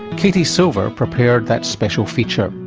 katie silver prepared that special feature.